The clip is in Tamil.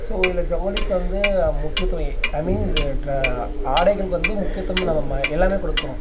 ஸோ இதில் ஜவுளிக்கு வந்து முக்கியத்துவம் ஐ மீன் இது ட ஆடைகளுக்கு வந்து முக்கியத்துவம் நம்ம ம எல்லாமே கொடுக்குறோம்